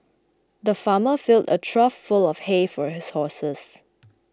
the farmer filled a trough full of hay for his horses